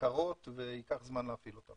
קרות וייקח זמן להפעיל אותן.